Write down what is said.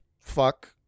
fuck